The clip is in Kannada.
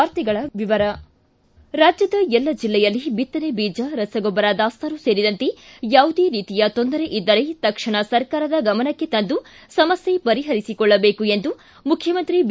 ವಾರ್ತೆಗಳ ವಿವರ ರಾಜ್ಞದ ಎಲ್ಲ ಜಿಲ್ಲೆಯಲ್ಲಿ ಬಿತ್ತನೆ ಬೀಜ ರಸಗೊಬ್ಬರ ದಾಸ್ತಾನು ಸೇರಿದಂತೆ ಯಾವುದೇ ರೀತಿಯ ತೊಂದರೆ ಇದ್ದರೆ ತಕ್ಷಣ ಸರ್ಕಾರದ ಗಮನಕ್ಕೆ ತಂದು ಸಮಸ್ಥೆ ಪರಿಹರಿಸಿಕೊಳ್ಳಬೇಕು ಎಂದು ಮುಖ್ಯಮಂತ್ರಿ ಬಿ